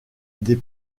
des